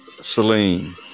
Celine